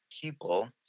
people